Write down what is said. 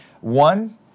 One